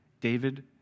David